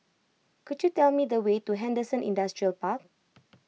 could you tell me the way to Henderson Industrial Park